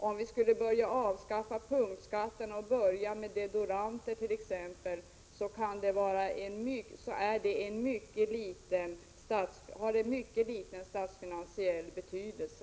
Om vi skulle avskaffa punktskatterna och börja med t.ex. den på deodoranter skulle det ha mycket liten statsfinansiell betydelse.